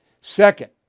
Second